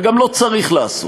וגם לא צריך לעשות.